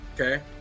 okay